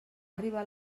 arribar